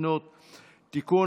ההתיישנות (תיקון,